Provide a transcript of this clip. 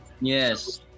Yes